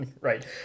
Right